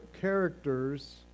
characters